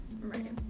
right